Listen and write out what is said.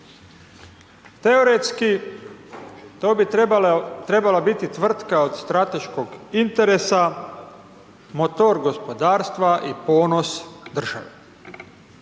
Teoretski, to bi trebala biti tvrtka od strateškog interesa, motor gospodarstva i ponos države.